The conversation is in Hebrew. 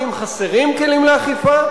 ואם חסרים כלים לאכיפה,